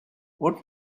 what